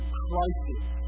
crisis